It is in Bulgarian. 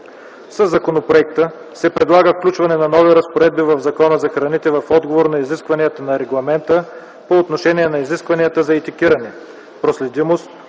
Със законопроекта се предлага включване на нови разпоредби в Закона за храните, в отговор на изискванията на Регламента, по отношение на изискванията за етикетиране;